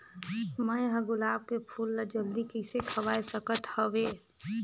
मैं ह गुलाब के फूल ला जल्दी कइसे खवाय सकथ हवे?